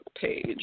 page